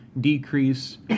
decrease